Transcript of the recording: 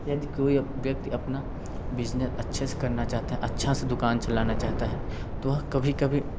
यदि कोई व्यक्ति अपना बिजनेस अच्छे से करना चाहता है अच्छा से दुकान चलाना चाहता है तो वह कभी कभी